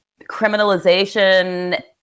criminalization